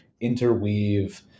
interweave